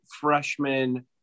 freshman